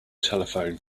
telephone